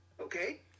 Okay